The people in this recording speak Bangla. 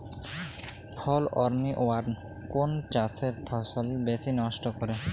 ফল আর্মি ওয়ার্ম কোন চাষের ফসল বেশি নষ্ট করে?